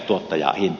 puhemies